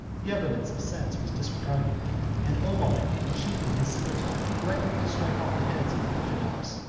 the evidence of sense was disregarded and omar, unsheathing his cimeter, threatened to strike off the heads of the infidels,